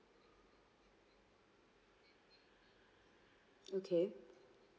okay